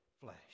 flesh